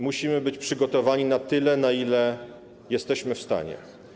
Musimy być przygotowani na tyle, na ile jesteśmy w stanie.